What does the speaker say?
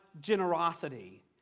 generosity